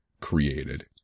created